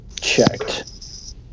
checked